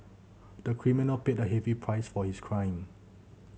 the criminal paid a heavy price for his crime